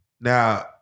Now